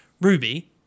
Ruby